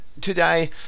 Today